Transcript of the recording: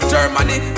Germany